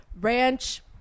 ranch